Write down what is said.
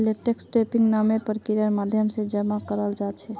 लेटेक्सक टैपिंग नामेर प्रक्रियार माध्यम से जमा कराल जा छे